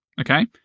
okay